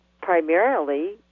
Primarily